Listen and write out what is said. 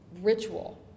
ritual